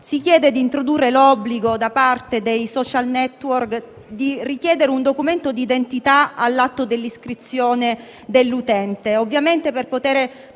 si chiede di introdurre l'obbligo da parte dei *social network* di richiedere un documento d'identità all'atto dell'iscrizione dell'utente, ovviamente per poter